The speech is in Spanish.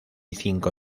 cinco